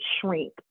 shrink